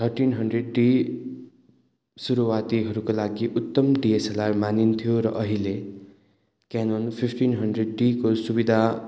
thirteen hundred D सुरुवातीहरूको लागि उत्तम डिएसएलआर मानिन्थ्यो र अहिले केनोन फिफ्टिन हन्ड्रेड डीको सुविधा